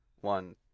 one